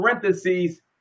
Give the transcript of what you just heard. parentheses